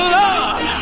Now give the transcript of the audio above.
love